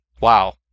Wow